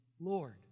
Lord